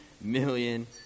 million